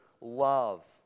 love